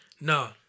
No